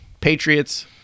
Patriots